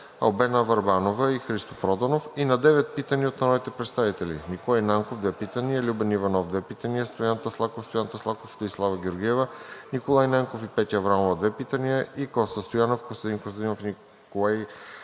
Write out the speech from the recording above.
Албена Върбанова; и Христо Проданов и на девет питания от народните представители Николай Нанков – две питания; Любен Иванов – две питания; Стоян Таслаков; Стоян Таслаков и Десислава Георгиева; Николай Нанков и Петя Аврамова – две питания; и Коста Стоянов, Костадин Костадинов и Николай